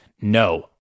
no